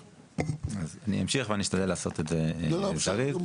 אני אמשיך ואני אשתדל לעשות את זה זריז.